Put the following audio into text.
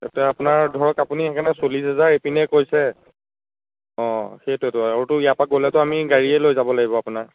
তাতে আপোনাৰ ধৰক আপুনি সেইকাৰণে চল্লিছ হেজাৰ ইপিনে কৈছে অঁ সেইটোৱেইতো আৰুতো ইয়াৰ পৰা গ'লেতো আমি গাড়ীয়েই লৈ যাব লাগিব আপোনাৰ